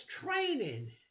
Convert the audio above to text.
training